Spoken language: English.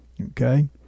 Okay